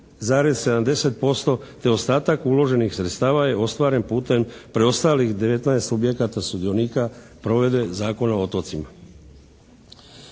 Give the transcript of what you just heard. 20,70%. Te ostatak uloženih sredstava je ostvaren putem preostalih 19 subjekata sudionika provedbe Zakona o otocima.